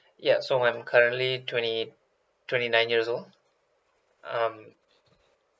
ya so I'm currently twenty twenty nine years old um